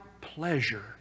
pleasure